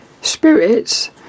spirits